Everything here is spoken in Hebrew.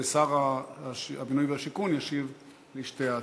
ושר הבינוי והשיכון ישיב על שתי ההצעות.